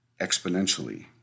exponentially